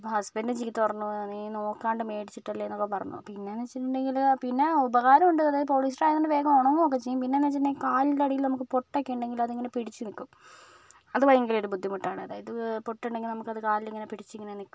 husband ചീത്ത പറഞ്ഞു നീ നോക്കാണ്ട് മേടിച്ചിട്ടല്ലേ എന്നൊക്കെ പറഞ്ഞു പിന്നെയെന്ന് വെച്ചിട്ടുണ്ടെങ്കിൽ പിന്നെ ഉപകാരമുണ്ട് പോളിസ്റ്റർ ആയതു കൊണ്ട് വേഗം ഉണങ്ങും ഒക്കെ ചെയ്യും പിന്നെയെന്നു വെച്ചിട്ടുണ്ടെങ്കിൽ കാലിൻ്റെ അടിയിലൊക്കെ പൊട്ടൊക്കെ ഉണ്ടെങ്കിൽ അതൊക്കെ ഇങ്ങനെ പിടിച്ച് നിൽക്കും അത് ഭയങ്കര ഒരു ബുദ്ധിമുട്ടാണ് അതായത് പൊട്ട് ഉണ്ടെങ്കിൽ അത് കാലിങ്ങനെ പിടിച്ചു ഇങ്ങനെ നിൽക്കും